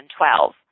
2012